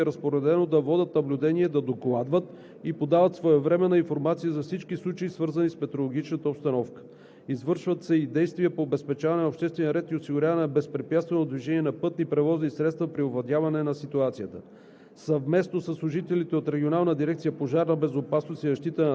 На екипите от патрулно-постовата дейност и служителите от Териториална полиция е разпоредено да водят наблюдение, да докладват и подават своевременна информация за всички случаи, свързани с метеорологичната обстановка. Извършват се и действия по обезпечаване на обществения ред и осигуряване на безпрепятствено движение на пътни превозни средства при овладяване на ситуацията.